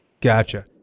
Gotcha